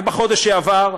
רק בחודש שעבר,